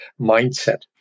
mindset